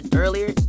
earlier